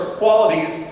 qualities